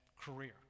career